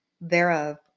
thereof